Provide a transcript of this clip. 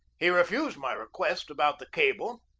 he refused my request about the cable.